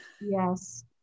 yes